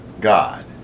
God